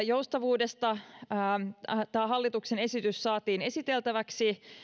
joustavuudesta siinä että tämä hallituksen esitys saatiin esiteltäväksi